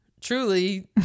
truly